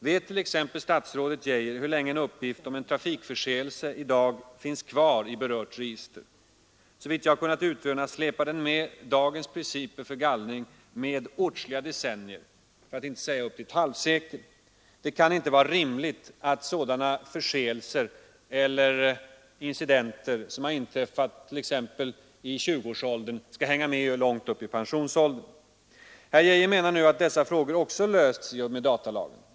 Vet t.ex. statsrådet Geijer hur länge en uppgift om en trafikförseelse i dag finns kvar i berört register? Såvitt jag har kunnat utröna släpar den, med dagens principer för gallring, med åtskilliga decennier, för att inte säga upp till ett halvt sekel. Det kan inte vara rimligt att sådana förseelser eller incidenter som har inträffat t.ex. i tjugoårsåldern skall hänga med långt upp i pensionsåldern. Herr Geijer menar nu att också dessa frågor löses i och med datalagen.